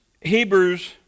Hebrews